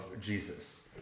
Jesus